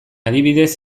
adibidez